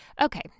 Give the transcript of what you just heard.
Okay